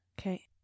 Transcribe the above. Okay